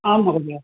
आं महोदय